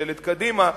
ממשלת קדימה,